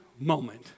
moment